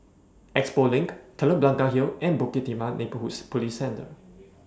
Expo LINK Telok Blangah Hill and Bukit Timah Neighbourhood Police Centre